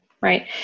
right